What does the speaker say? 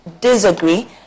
disagree